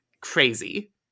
Crazy